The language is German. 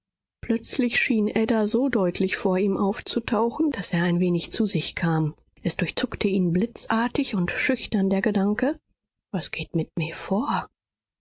plötzlich schien ada so deutlich vor ihm aufzutauchen daß er ein wenig zu sich kam es durchzuckte ihn blitzartig und schüchtern der gedanke was geht mit mir vor